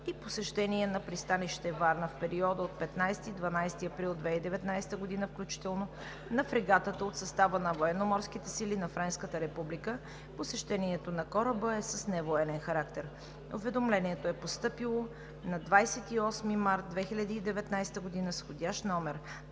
и посещение на пристанище Варна в периода от 15 – 12 април 2019 г., включително на Фрегатата от състава на Военноморските сили на Френската република. Посещението на кораба е с невоенен характер. Уведомлението е постъпило на 28 март 2019 г. с входящ №